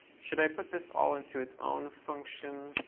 should i put this all into its own function?